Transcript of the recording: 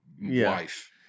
wife